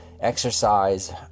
exercise